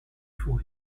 fous